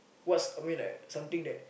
what's I mean like something that